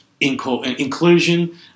Inclusion